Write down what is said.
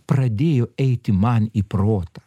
pradėjo eiti man į protą